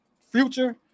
future